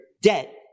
debt